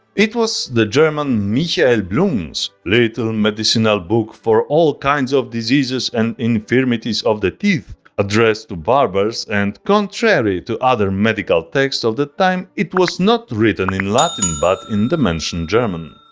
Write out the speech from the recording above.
it was the german michael blum's little medicinal book for all kinds of diseases and infirmities of the teeth addressed to barbers and contrary to other medical texts of that time, it was not written in latin but in the mentioned german.